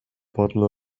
bottle